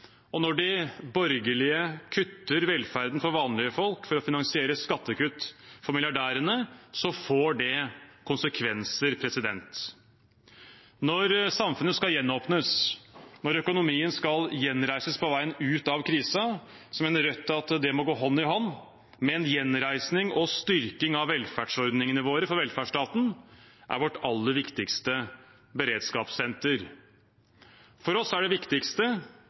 Når de borgerlige kutter velferden for vanlige folk for å finansiere skattekutt for milliardærene, får det konsekvenser. Når samfunnet skal gjenåpnes, og når økonomien skal gjenreises på veien ut av krisen, mener Rødt at det må gå hånd i hånd med en gjenreising og styrking av velferdsordningene våre, for velferdsstaten er vårt aller viktigste beredskapssenter. For oss er det viktigste